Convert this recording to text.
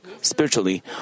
Spiritually